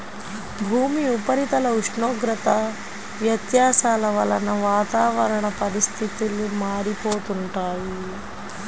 భూమి ఉపరితల ఉష్ణోగ్రత వ్యత్యాసాల వలన వాతావరణ పరిస్థితులు మారిపోతుంటాయి